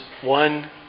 one